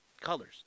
colors